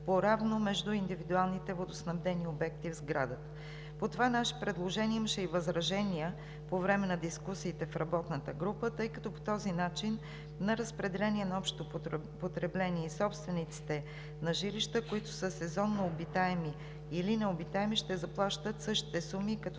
по равно между индивидуалните водоснабдени обекти в сградата. По това наше предложение имаше и възражения по време на дискусиите в работната група, тъй като по този начин на разпределение на общо потребление и собствениците на жилища, които са сезонно обитаеми или необитаеми, ще заплащат същите суми като